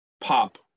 pop